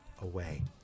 away